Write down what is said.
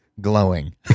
glowing